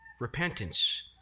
repentance